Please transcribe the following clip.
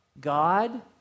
God